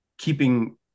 keeping